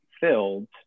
filled